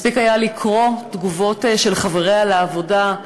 מספיק היה לקרוא תגובות של חבריה לעבודה,